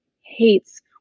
hates